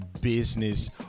business